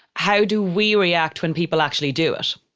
how do we react when people actually do it?